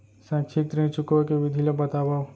शैक्षिक ऋण चुकाए के विधि ला बतावव